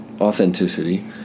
authenticity